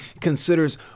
considers